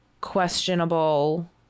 questionable